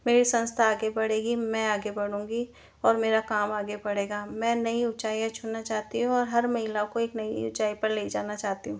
मेरी संस्था आगे बढ़ेगी मैं आगे बढूंगी और मेरा काम आगे बढ़ेगा मैं नई ऊँचाइयाँ छूना चाहती हूँ और हर महिला को एक नई उंचाई पर ले जाना चाहती हूँ